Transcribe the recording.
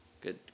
Good